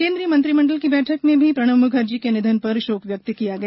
केंद्रीय मंत्रिमंडल की बैठक में भी प्रणब मुखर्जी के निधन पर शोक व्यक्त किया गया